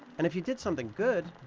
and if you did something good,